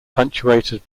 punctuated